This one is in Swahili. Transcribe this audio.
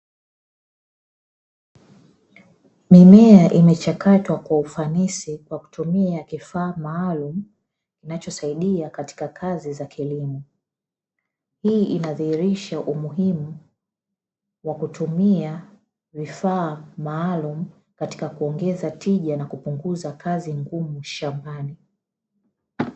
Mimea imechakatwa kwa ufanisi kwa kutumia kifaa maalumu kinachosaidia katika kazi za kilimo, hii inadhihirisha umuhimu wa kutumia vifaa maalumu katika kuongeza tija na kupunguza kazi ngumu shambani.